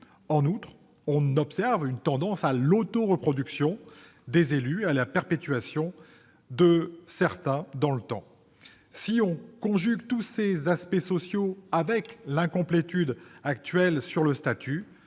En outre, on observe une tendance à l'auto-reproduction des élus et à la perpétuation de certains d'entre eux dans le temps. Si l'on conjugue tous ces aspects sociaux avec l'incomplétude actuelle de la